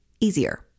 easier